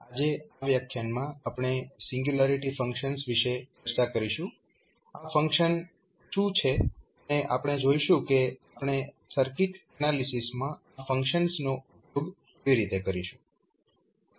આજે આ વ્યાખ્યાનમાં આપણે સિંગ્યુલારિટી ફંક્શન્સ વિશે ચર્ચા કરીશું આ ફંક્શન્સ શું છે અને આપણે જોઈશું કે આપણે સર્કિટ એનાલિસીસ માં આ ફંક્શન્સનો ઉપયોગ કેવી રીતે કરીશું